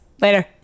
Later